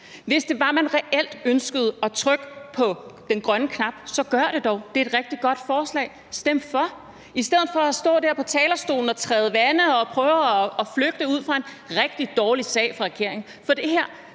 Hvis det var, man reelt ønskede at trykke på den grønne knap, så gør det dog. Det er et rigtig godt forslag. Stem for – i stedet for at stå der på talerstolen og træde vande og prøve at flygte fra en rigtig dårlig sag for regeringen.